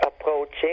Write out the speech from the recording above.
approaching